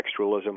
textualism